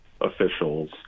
officials